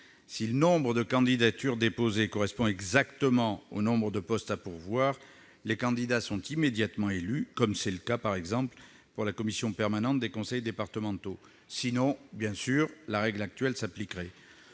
Si le nombre de candidatures déposées correspond exactement au nombre de postes à pourvoir, les candidats sont immédiatement élus, comme c'est actuellement le cas pour la commission permanente des conseils départementaux. Sinon, la règle actuelle s'appliquerait.